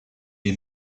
est